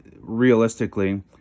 realistically